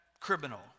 criminal